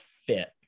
fit